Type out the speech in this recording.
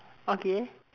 okay